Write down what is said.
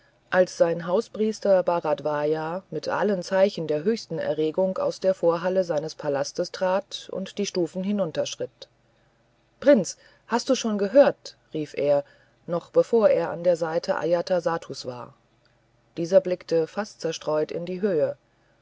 als sein hauspriester bharadvaja mit allen zeichen der höchsten erregung aus der vorhalle seines palastes trat und die stufen hinunterschritt prinz hast du's schon gehört rief er noch bevor er an der seite ajatasattus war dieser blickte fast zerstreut in die höhe